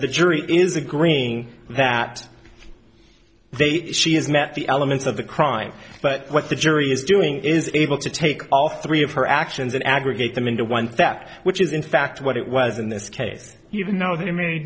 the jury is agreeing that they has met the elements of the crime but what the jury is doing is able to take all three of her actions and aggregate them into one theft which is in fact what it was in this case even though they may